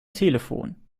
telefon